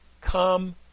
come